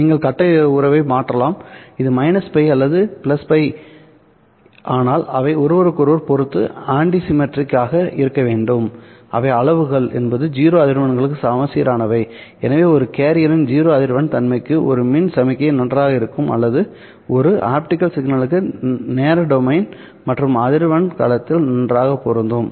நீங்கள் கட்ட உறவை மாற்றலாம் இது ϕ அல்லது ϕ ஆனால் அவை ஒருவருக்கொருவர் பொறுத்து ஆண்டிசீமெட்ரிக் ஆக இருக்க வேண்டும் அவை அளவுகள் என்பது 0 அதிர்வெண்களுக்கு சமச்சீரானவை எனவே ஒரு கேரியரின் 0 அதிர்வெண் தன்மை ஒரு மின் சமிக்ஞைக்கு நன்றாக இருக்கும் அல்லது இது ஒரு ஆப்டிகல் சிக்னலுக்கு நேர டொமைன் மற்றும் அதிர்வெண் களத்தில் நன்றாக பொருந்தும்